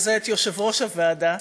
את יושב-ראש הוועדה.